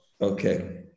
Okay